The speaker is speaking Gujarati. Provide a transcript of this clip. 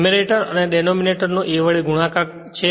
ન્યૂમરેટર અને ડેનોમીનેટર નો a વડે ગુણાકાર છે